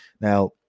Now